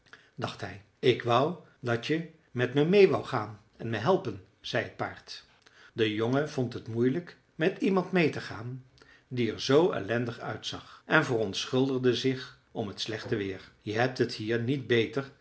dacht hij ik wou dat je met me meê wou gaan en me helpen zei het paard de jongen vond het moeilijk met iemand meê te gaan die er zoo ellendig uitzag en verontschuldigde zich om het slechte weer je hebt het hier niet beter